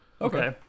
Okay